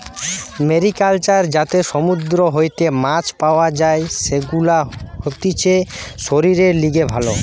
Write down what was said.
mariculture যাতে সমুদ্র হইতে মাছ পাওয়া যাই, সেগুলা হতিছে শরীরের লিগে ভালো